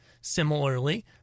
Similarly